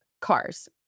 cars